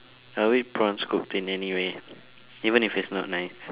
I will eat prawns cooked in any way even if it's not nice